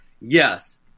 Yes